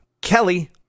kelly